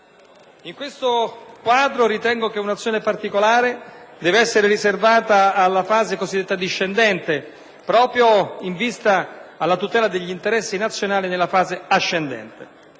In questo quadro, ritengo che un'azione particolare debba essere riservata alla fase cosiddetta discendente, proprio in vista della tutela degli interessi nazionali nella fase ascendente.